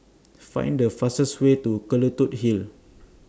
Find The fastest Way to Hill